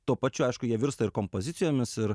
tuo pačiu aišku jie virsta ir kompozicijomis ir